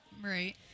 Right